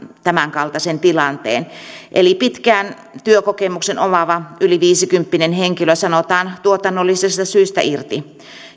tämänkaltaisen tilanteen pitkän työkokemuksen omaava yli viisikymppinen henkilö sanotaan tuotannollisista syistä irti